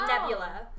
Nebula